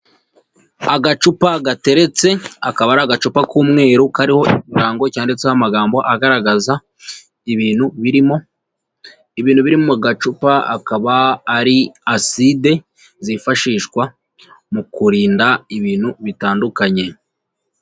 Agacupa gateretse, akaba ari agacupa k'umweru kariho ikirango cyanditseho amagambo agaragaza ibintu birimo. Ibintu biri mu gacupa akaba ari acide zifashishwa mu kurinda ibintu bitandukanye.